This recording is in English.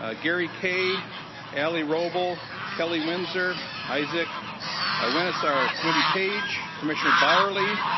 ah gary k allie wrobel kelly windsor isaac-committee ah windsor isaac-committee page commissioner bauerly